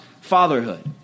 fatherhood